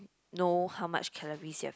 know how much calories you've